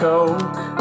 Coke